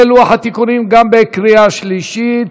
כולל לוח התיקונים, גם בקריאה שלישית.